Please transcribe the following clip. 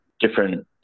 different